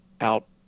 out